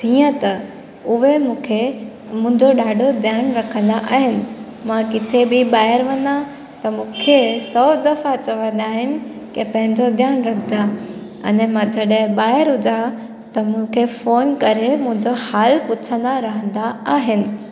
जीअं त उहे मूंखे मुंहिंजो ॾाढो ध्यानु रखंदा आहिनि मां किथे बि ॿाहिरि वञा त मूंखे सौ दफ़ा चवंदा आहिनि की पंहिंजो ध्यानु रखिजा अने मां जॾहिं ॿाहिरि हुजा त मूंखे फ़ोन करे मुंहिंजो हाल पुछंदा रहंदा आहिनि